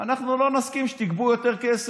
אנחנו לא נסכים שתגבו יותר כסף.